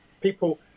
people